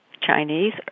Chinese